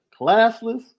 classless